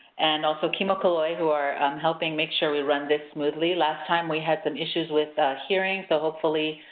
and also kimo kaloi, who are um helping make sure we run this smoothly. last time we had some issues with hearing so hopefully,